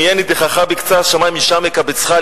אם יהיה נידחך בקצה השמים משם יקבצך,